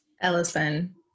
Ellison